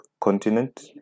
continent